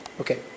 Okay